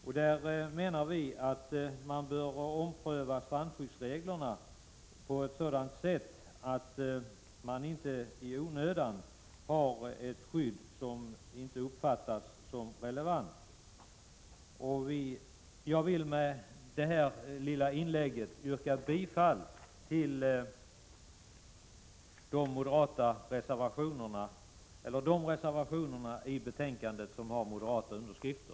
Vi menar att man bör ompröva strandskyddsreglerna på ett sådant sätt att man inte i onödan har ett skydd som inte uppfattas som relevant. Jag vill med detta lilla inlägg yrka bifall till de reservationer i betänkandet som har moderata underskrifter.